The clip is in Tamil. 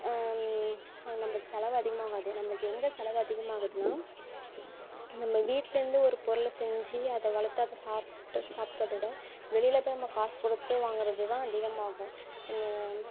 நம்மளுக்கு செலவு அதிகமாக ஆகாது நம்மளுக்கு எங்கே செலவு அதிகமாகுதுனா நம்ம வீட்டுலேருந்து ஒரு பொருளை செஞ்சு அதை வளர்த்து அதை சாப்பிட்டு சாப்புடுறத விட வெளியில் போய் நம்ம காசு கொடுத்து வாங்குறது தான் அதிகமாகும்